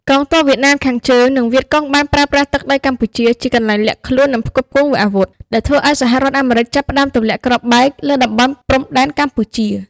កងទ័ពវៀតណាមខាងជើង និងវៀតកុងបានប្រើប្រាស់ទឹកដីកម្ពុជាជាកន្លែងលាក់ខ្លួន និងផ្គត់ផ្គង់អាវុធ ដែលធ្វើឱ្យសហរដ្ឋអាមេរិកចាប់ផ្តើមទម្លាក់គ្រាប់បែកលើតំបន់ព្រំដែនកម្ពុជា។